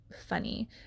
funny